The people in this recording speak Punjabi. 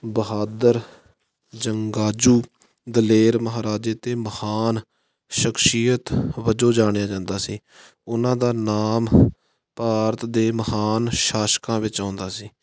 ਬਹਾਦਰ ਜੰਗਾਂ ਜੂ ਦਲੇਰ ਮਹਾਰਾਜੇ ਅਤੇ ਮਹਾਨ ਸ਼ਖਸੀਅਤ ਵਜੋਂ ਜਾਣਿਆ ਜਾਂਦਾ ਸੀ ਉਹਨਾਂ ਦਾ ਨਾਮ ਭਾਰਤ ਦੇ ਮਹਾਨ ਸ਼ਾਸਕਾਂ ਵਿੱਚ ਆਉਂਦਾ ਸੀ